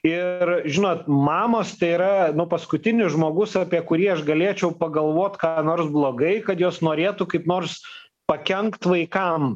ir žinot mamos tai yra nu paskutinis žmogus apie kurį aš galėčiau pagalvot ką nors blogai kad jos norėtų kaip nors pakenkt vaikam